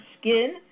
skin